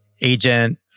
agent